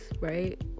right